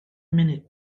munud